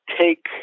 Take